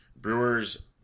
Brewers